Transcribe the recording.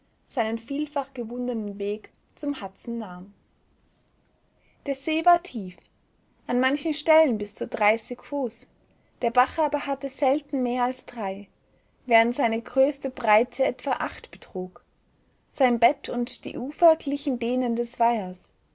seinen vielfach gewundenen weg zum hudson nahm der see war tief an manchen stellen bis zu dreißig fuß der bach aber hatte selten mehr als drei während seine größte breite etwa acht betrug sein bett und die ufer glichen denen des weihers